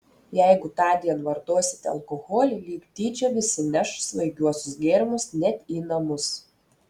jeigu tądien vartosite alkoholį lyg tyčia visi neš svaigiuosius gėrimus net į namus